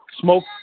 smoke